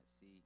see